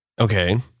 Okay